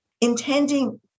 intending